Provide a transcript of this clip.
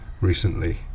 recently